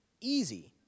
easy